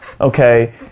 Okay